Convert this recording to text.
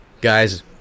guys